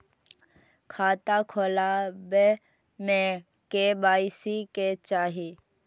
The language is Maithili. खाता खोला बे में के.वाई.सी के चाहि?